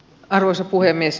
arvoisa puhemies